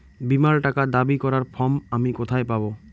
বীমার টাকা দাবি করার ফর্ম আমি কোথায় পাব?